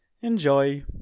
Enjoy